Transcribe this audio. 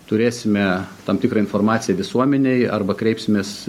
turėsime tam tikrą informaciją visuomenei arba kreipsimės